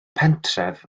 pentref